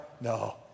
No